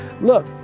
look